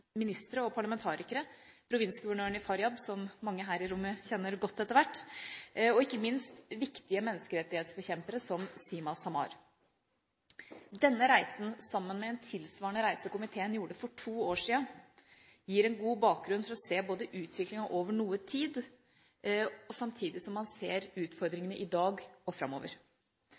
ministere og parlamentarikere, provinsguvernøren i Faryab – som mange her i rommet kjenner godt etter hvert – og ikke minst viktige menneskerettighetsforkjempere som Sima Samar. Denne reisen, sammen med en tilsvarende reise komiteen gjorde for to år siden, gir en god bakgrunn for å se utviklingen over noe tid, samtidig som man ser utfordringene i dag og framover.